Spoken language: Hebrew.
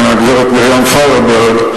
הגברת מרים פיירברג,